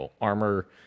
armor